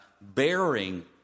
bearing